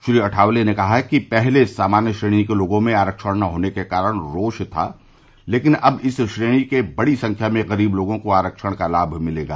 श्री अठावले ने कहा कि पहले सामान्य श्रेणी के लोगों में आरक्षण न होने के कारण रोष था लेकिन अब इस श्रेणी के बड़ी संख्या में गरीब लोगों को आरक्षण का लाभ मिलेगा